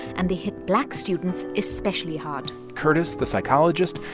and they hit black students especially hard curtis, the psychologist,